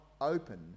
open